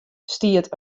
stiet